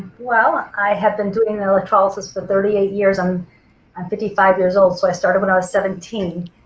well i have been doing electrolysis for thirty eight years, i'm i'm fifty five years old so i started when i was seventeen.